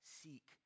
seek